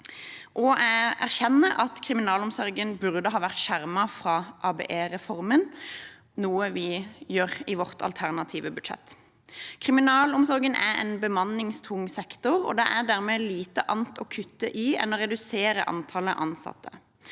jeg erkjenner at kriminalomsorgen burde ha vært skjermet fra ABE-reformen, noe vi gjør i vårt alternative budsjett. Kriminalomsorgen er en bemanningstung sektor. Det er dermed lite annet å kutte i enn å redusere antallet ansatte.